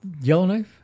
Yellowknife